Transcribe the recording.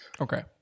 Okay